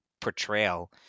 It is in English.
portrayal